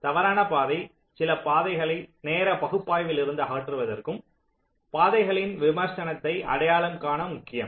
தவறான பாதை சில பாதைகளை நேர பகுப்பாய்விலிருந்து அகற்றுவதற்கும் பாதைகளின் விமர்சனத்தை அடையாளம் காண முக்கியம்